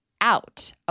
out